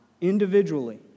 individually